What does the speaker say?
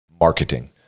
marketing